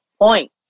point